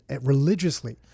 religiously